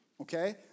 okay